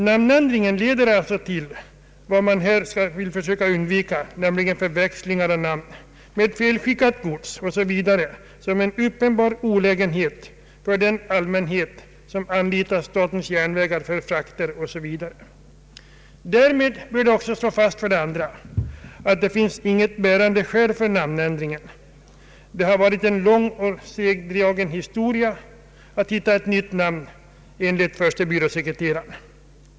Namnändringen leder alltså till vad man försöker undvika, nämligen förväxlingar av namn, med felskickat gods o.s.v. som en uppenbar olägenhet för den allmänhet som anlitar statens järnvägar bl.a. för frakter. Därmed bör också vara klart att det inte finns något bärande skäl för namnändringen. Det har varit en lång och segdragen historia att hitta ett nytt namn, enligt förste byråsekreteraren.